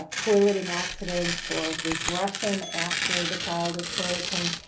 ah toileting accidents or regression after the child is toilet trained.